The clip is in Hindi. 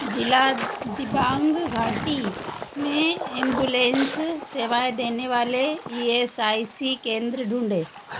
ज़िला दिबांग घाटी में एम्बुलेंस सेवाएँ देने वाले ई एस आई सी केंद्र ढूँढें